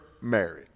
marriage